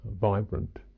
vibrant